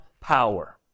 power